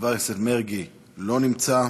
חבר הכנסת מרגי, לא נמצא.